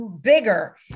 bigger